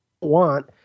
want